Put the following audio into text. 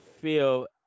feel